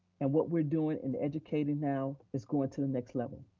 and what we're doing in educating now is going to the next level.